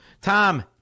Tom